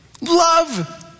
Love